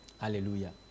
Hallelujah